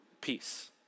peace